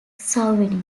souvenir